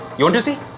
you want to see?